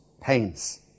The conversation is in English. pains